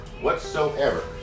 Whatsoever